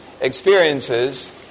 experiences